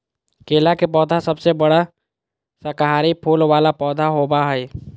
केला के पौधा सबसे बड़ा शाकाहारी फूल वाला पौधा होबा हइ